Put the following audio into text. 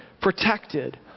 protected